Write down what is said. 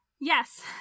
Yes